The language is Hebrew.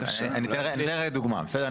אני אומר לדוגמה, בסדר?